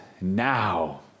now